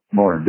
more